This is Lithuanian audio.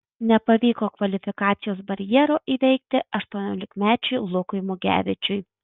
nepavyko kvalifikacijos barjero įveikti aštuoniolikmečiui lukui mugevičiui